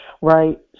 right